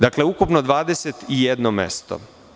Dakle, ukupno 21 mesto.